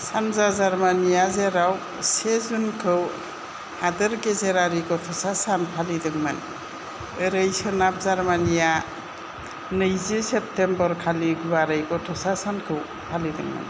सानजा जार्मानिआ जेराव से जुनखौ हादोर गेजेरारि गथ'सा सान फालिदोंमोन ओरै सोनाब जार्मानिआ नैजि सेप्तेम्बर खालि गुवारै गथ'सा सानखौ फालिदोंमोन